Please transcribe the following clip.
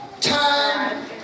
time